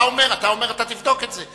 אתה אומר שאתה תבדוק את זה.